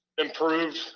improved